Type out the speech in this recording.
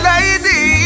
Lady